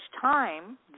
time